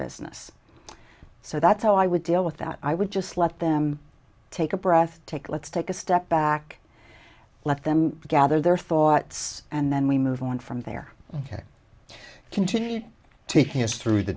business so that's how i would deal with that i would just let them take a breath take let's take a step back let them gather their thoughts and then we move on from there to continue taking us through the